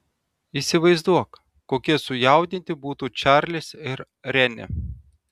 įsivaizduok kokie sujaudinti būtų čarlis ir renė